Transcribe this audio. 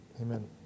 amen